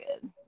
good